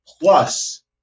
Plus